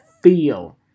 feel